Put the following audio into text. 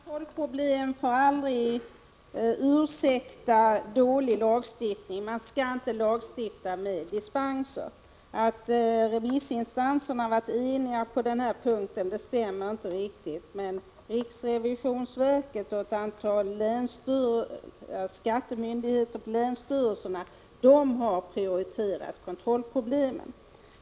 Fru talman! Kontrollproblemen får aldrig ursäkta dålig lagstiftning. Man skall inte lagstifta med dispenser. Att remissinstanserna skulle ha varit eniga på denna punkt stämmer inte riktigt. Men riksrevisionsverket, skattemyndigheter och länsstyrelserna har prioriterat kontrollproblemen.